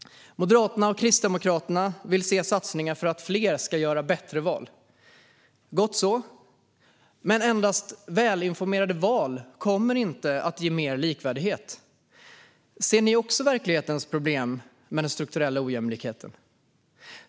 Moderaterna och Kristdemokraterna vill se satsningar för att fler ska göra bättre val - gott så. Men endast välinformerade val kommer inte att ge mer likvärdighet. Ser ni också verklighetens problem med den strukturella ojämlikheten?